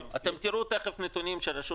אתם תראו תכף נתונים של רשות המים.